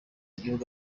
igihugu